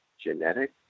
genetic